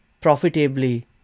profitably